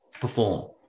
perform